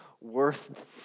worth